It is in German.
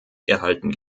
erhalten